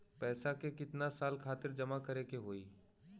पैसा के कितना साल खातिर जमा करे के होइ?